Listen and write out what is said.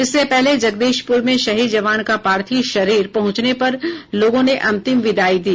इससे पहले जगदीशपुर में शहीद जवान का पार्थिव शरीर पहुंचने पर लोगों ने अंतिम विदाई दी